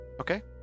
Okay